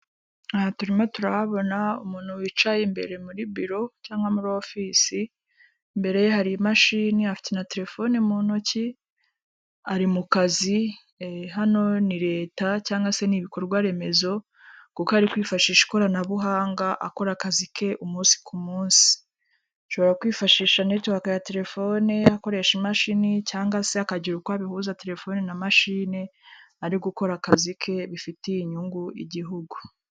Aha turimo turahabona umuntu wicaye imbere muri biro cyangwa muri ofisi, imbere ye hari imashini afite na telefone mu ntoki, ari mu kazi, hano ni Leta cyangwa se ni ibikorwa remezo kuko ari kwifashisha ikoranabuhanga akora akazi ke umunsi ku munsi. Ashobora kwifashisha network ya telefone akoresha imashini cyangwa se akagira uko abihuza telefoni na mashine ari gukora akazi ke bifitiye inyungu Igihugu.